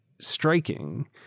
striking